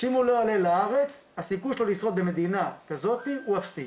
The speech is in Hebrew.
שאם הוא לא יעלה לארץ הסיכוי שלו לשרוד במדינה כזאת הוא אפסי.